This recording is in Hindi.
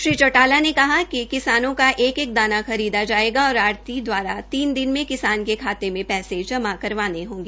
श्री चौटाला ने कहा कि किसानों का एक एक दाना खरीदा जायेगी और आढ़ती दवारा तीन दिन में किसान के खाते में पैसा जमा करवाना होगा